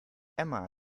emma